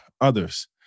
Others